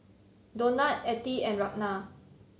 Donat Ethie and Ragna